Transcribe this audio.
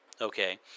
okay